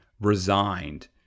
resigned